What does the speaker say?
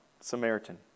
Samaritan